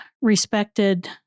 respected